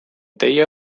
teie